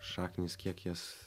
šaknys kiek jas